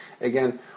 Again